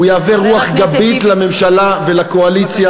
הוא יהווה רוח גבית לממשלה ולקואליציה